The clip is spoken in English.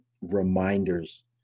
reminders